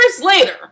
later